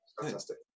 fantastic